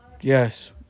Yes